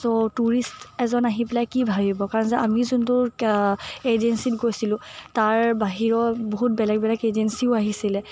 ছ' tourist এজন আহি পেলাই কি ভাবিব কাৰণ আমি যোনটো এজেঞ্চিত গৈছিলোঁ তাৰ বাহিৰৰ বহুত বেলেগ বেলেগ এজেঞ্চিও আহিছিলে